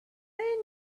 gardener